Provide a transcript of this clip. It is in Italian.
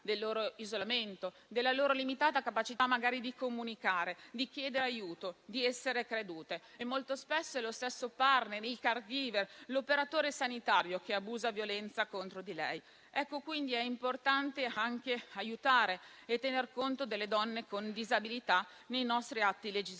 del loro isolamento, della loro limitata capacità magari di comunicare, di chiedere aiuto, di essere credute. Molto spesso è lo stesso *partner*, il *caregiver* o l'operatore sanitario che abusa violenza contro di lei. Quindi è importante anche aiutare e tener conto delle donne con disabilità nei nostri atti legislativi.